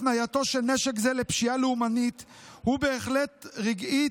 הפנייתו של נשק זה לפשיעה לאומנית הוא בהחלטה רגעית,